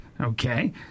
okay